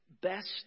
best